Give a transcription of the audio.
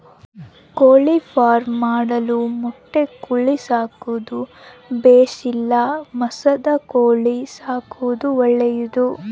ಕೋಳಿಫಾರ್ಮ್ ಮಾಡಲು ಮೊಟ್ಟೆ ಕೋಳಿ ಸಾಕೋದು ಬೇಷಾ ಇಲ್ಲ ಮಾಂಸದ ಕೋಳಿ ಸಾಕೋದು ಒಳ್ಳೆಯದೇ?